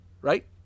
Right